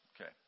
Okay